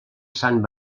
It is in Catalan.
sant